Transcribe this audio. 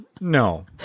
No